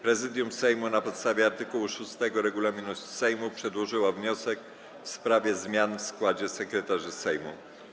Prezydium Sejmu, na podstawie art. 6 regulaminu Sejmu, przedłożyło wniosek w sprawie zmian w składzie sekretarzy Sejmu.